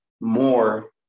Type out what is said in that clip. more